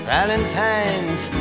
Valentines